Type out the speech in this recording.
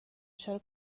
چرا